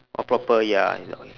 oh proper ya ya I know